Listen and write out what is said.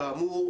כאמור,